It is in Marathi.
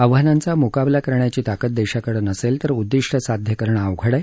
आव्हानांचा मुकाबला करण्याची ताकद देशाकडे नसेल तर उद्दिष्ट साध्य करणं अवघड आहे